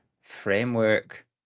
framework